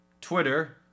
Twitter